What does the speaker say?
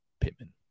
Pittman